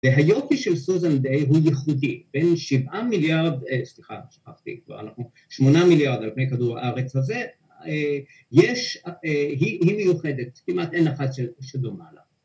‫והיופי של סוזן דיי הוא ייחודי, ‫בין שבעה מיליארד... ‫סליחה, שכחתי, ‫שמונה מיליארד על פני כדור הארץ הזה, ‫היא מיוחדת, ‫כמעט אין אחת שדומה לה.